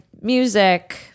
music